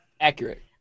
Accurate